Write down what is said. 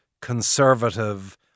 conservative